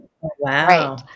Wow